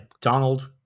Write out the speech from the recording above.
Donald